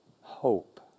hope